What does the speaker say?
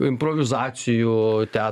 improvizacijų tea